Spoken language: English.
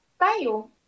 tayo